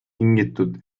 tingitud